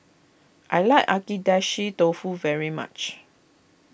I like Agedashi Dofu very much